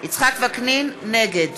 נגד